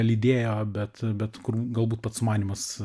lydėjo bet bet kur galbūt pats sumanymas